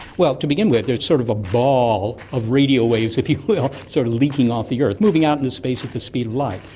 well, to begin with there is sort of a ball of radio waves, if you will, sort of leaking off the earth, moving out into space at the speed of light.